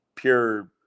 pure